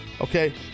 okay